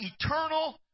eternal